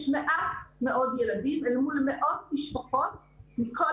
יש מעט מאוד ילדים אל מול מאות משפחות מכל